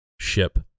ship